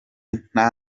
nta